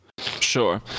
sure